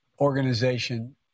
organization